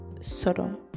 Sodom